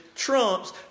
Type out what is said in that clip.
trumps